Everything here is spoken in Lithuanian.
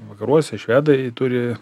vakaruose švedai turi